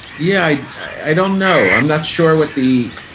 yeah. i don't know. i'm not sure what the.